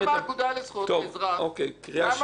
הגישה חוות דעת- -- קריאה שלישית.